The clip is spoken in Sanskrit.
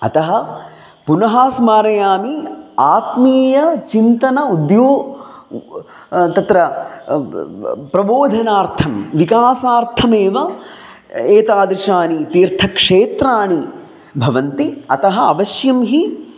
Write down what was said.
अतः पुनः स्मारयामि आत्मीयचिन्तनम् उद्यो तत्र प्रबोधनार्थं विकासार्थमेव एतादृशानि तीर्थक्षेत्राणि भवन्ति अतः अवश्यं हि